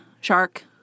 shark